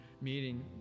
meeting